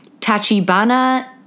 Tachibana